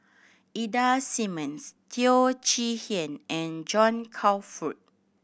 Ida Simmons Teo Chee Hean and John Crawfurd